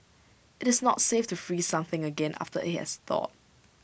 IT is not safe to freeze something again after IT has thawed